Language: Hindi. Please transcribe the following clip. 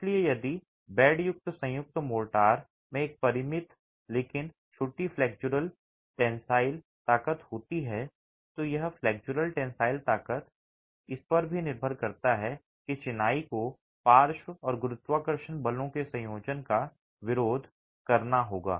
इसलिए यदि बेड संयुक्त मोर्टार में एक परिमित लेकिन छोटी फ्लेक्सुरल टेंसिल ताकत होती है तो यह फ्लेक्सुरल टेंसिल ताकत पर निर्भर करता है कि चिनाई को पार्श्व और गुरुत्वाकर्षण बलों के संयोजन का विरोध करना होगा